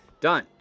Done